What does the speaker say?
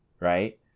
right